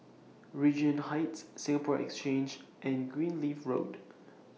Regent Heights Singapore Exchange and Greenleaf Road